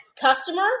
customer